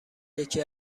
یکی